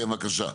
כן, בבקשה.